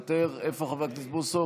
מוותר, איפה חבר הכנסת בוסו?